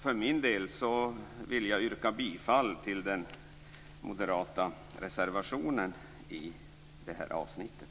För min del vill jag yrka bifall till den moderata reservationen i det här avsnittet.